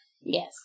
Yes